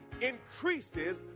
increases